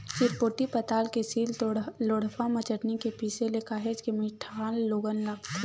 चिरपोटी पताल के सील लोड़हा म चटनी के पिसे ले काहेच के मिठाथे लोगन ला